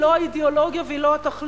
היא לא האידיאולוגיה והיא לא התחליף.